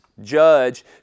judge